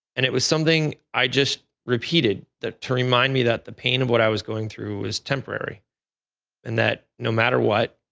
and it was something i just repeated to remind me that the pain of what i was going through is temporary and that no matter what,